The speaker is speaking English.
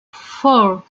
four